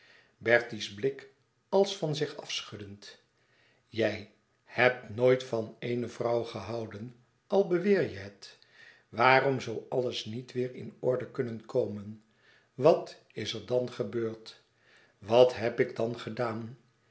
bertie's blik als van zich afschuddend jij hebt nooit van eene vrouw gehouden al beweer je het waarom zoû alles niet weêr in orde kunnen komen wat is er dan gebeurd wat heb ik dan gedaan